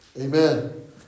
Amen